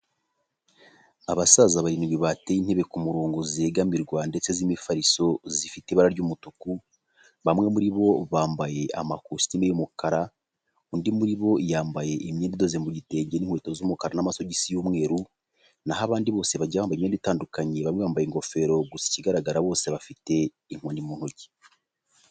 Abasaza barindwi bateye intebe ku murongo zegamirwa, ndetse z'imifariso, zifite ibara ry'umutuku, bamwe muri bo bambaye ama kositimu y'umukara, undi muri bo yambaye imyenda idoze mu gitenge, n'inkweto z'umukara, n'amasogisi y'umweru, naho abandi bose bagiye bambaye imyenda itandukanye, bamwe bambaye ingofero, gusa ikigaragara bose bafite inkoni mu ntoki.